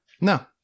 No